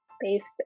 based